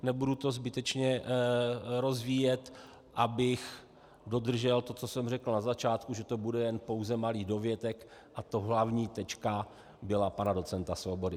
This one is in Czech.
Nebudu to zbytečně rozvíjet, abych dodržel to, co jsem řekl na začátku, že to bude pouze malý dovětek a ta hlavní tečka byla pana docenta Svobody.